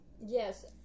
Yes